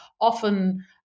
often